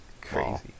crazy